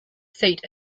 seat